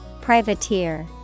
Privateer